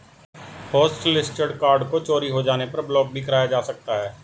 hotlisted card को चोरी हो जाने पर ब्लॉक भी कराया जा सकता है